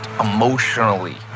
emotionally